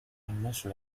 inmenso